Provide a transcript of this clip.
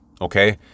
okay